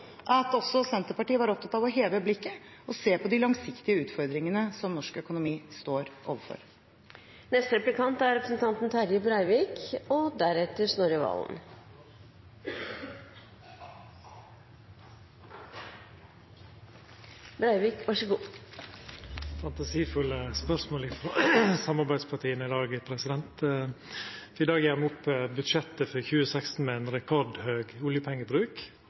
at også Senterpartiet var opptatt av å heve blikket og se på de langsiktige utfordringene som norsk økonomi står overfor. Det er fantasifulle spørsmål frå samarbeidspartia i dag! I dag gjer me opp budsjettet for 2016 med ein rekordhøg oljepengebruk,